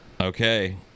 Okay